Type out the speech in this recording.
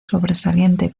sobresaliente